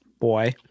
Boy